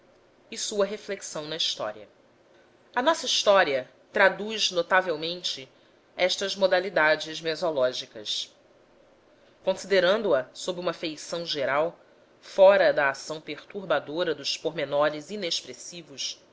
e sua reflexão na história a nossa história traduz notavelmente estas modalidades mesológicas considerando a sob uma feição geral fora da ação perturbadora de pormenores inexpressivos